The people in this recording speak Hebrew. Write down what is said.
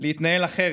להתנהל אחרת,